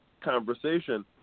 conversation